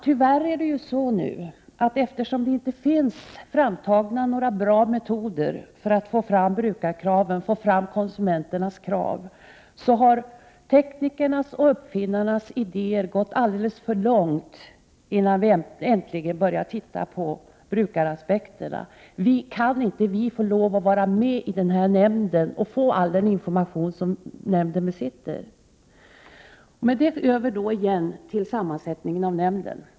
Tyvärr är det så, att eftersom det inte finns framtaget några bra metoder för att man skall få fram brukarkraven och konsumenternas krav, har teknikernas och uppfinnarnas idéer gått alldeles för långt, innan vi äntligen börjat titta på brukaraspekterna. Kan inte vi få lov att vara med i denna nämnd och få all den information som nämnden besitter? Det finns en tanke bakom sammansättningen i nämnden.